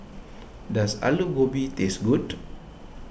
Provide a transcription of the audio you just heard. does Aloo Gobi taste good